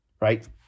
Right